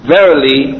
Verily